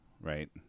Right